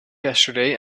yesterday